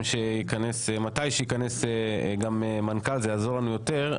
ומתי שייכנס גם מנכ"ל זה יעזור לנו יותר.